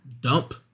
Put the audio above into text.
dump